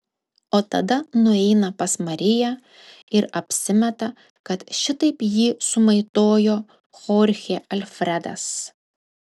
o tada nueina pas mariją ir apsimeta kad šitaip jį sumaitojo chorchė alfredas